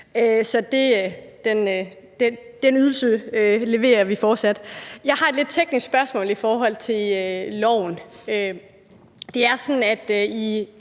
så den ydelse leverer vi fortsat. Jeg har et lidt teknisk spørgsmål i forhold til loven. Det er sådan, at i